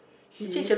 he